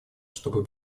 чтобы